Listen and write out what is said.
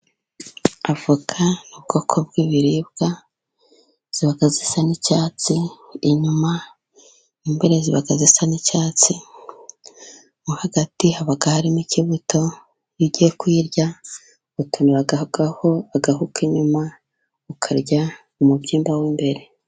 Avoka n'ubwoko bw'ibiribwa ziba zisa n'icyatsi inyuma n' imbere ziba zisa n'icyatsi nko hagati haba harimo ikibuto iyo ugiye kuyirya ukuraho agahu k' inyuma ukarya umubyimba w'imbere.